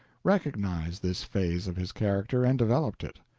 recognized this phase of his character and developed it.